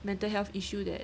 mental health issue that